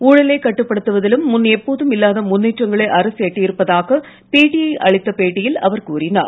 ஊழலைக் கட்டுப்படுத்துவதிலும் முன் எப்போதும் இல்லாத முன்னேற்றங்களை அரசு எட்டியிருப்பதாக பிடிஐ க்கு அளித்த பேட்டியில் அவர் கூறினார்